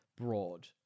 broad